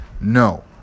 No